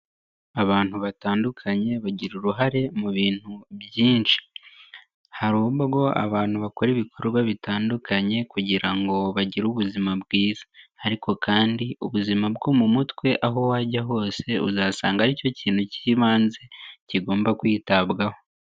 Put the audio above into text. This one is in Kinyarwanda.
Abantu batandukanye bagira uruhare mu bintu byinshi. Hari ubwo abantu bakora ibikorwa bitandukanye kugira ngo bagire ubuzima bwiza ariko kandi ubuzima bwo mu mutwe aho wajya hose, uzasanga ari cyo kintu cy'ibanze kigomba kwitabwaho.